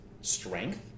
strength